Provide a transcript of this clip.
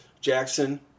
Jackson